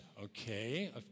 Okay